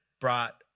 brought